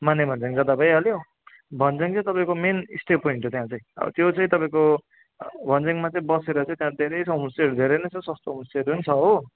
माने भन्ज्याङ जाँदा भइहाल्यो भन्ज्याङ चाहिँ तपाईँको मेन स्टे पोइन्ट छ त्यहाँ चाहिँ अब त्यो चाहिँ तपाईँको भन्ज्याङमा चाहिँ बसेर चाहिँ त्यहाँ धेरै ठाउँ होमस्टेहरू धेरै नै छ सस्तो होमस्टेहरू पनि छ हो